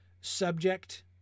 subject